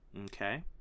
okay